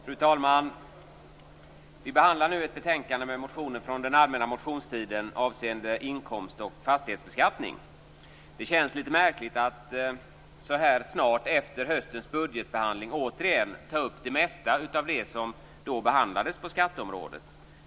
Fru talman! Vi behandlar nu ett betänkande med motioner från den allmänna motionstiden avseende inkomst och fastighetsbeskattning. Det känns lite märkligt att så här snart efter höstens budgetbehandling återigen ta upp det mesta av det som då behandlades på skatteområdet.